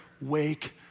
Wake